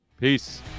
Peace